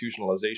institutionalization